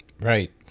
Right